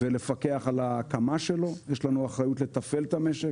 ולפקח על ההקמה שלו, יש לנו אחריות לתפעל את המשק.